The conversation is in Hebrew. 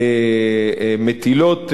מטילות,